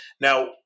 Now